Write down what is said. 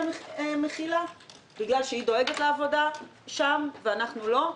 מכילה בגלל שהיא דואגת לעבודה שם ואנחנו לא?